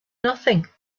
nothing